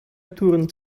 turned